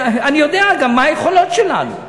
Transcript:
אני יודע גם מה היכולות שלנו.